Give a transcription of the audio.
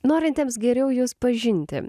norintiems geriau jus pažinti